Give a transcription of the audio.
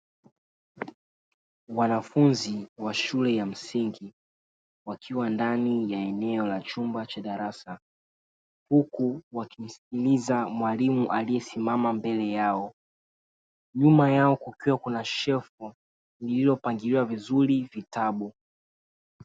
Wanafunzi wa shule ya msingi wakiwa ndani ya eneo la chumba cha darasa, huku wakimsikiliza mwalimu aliyesimama mbele yao nyuma yao kukiwa kuna shelfu lililopangiliwa vizuri vitabu.